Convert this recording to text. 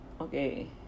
okay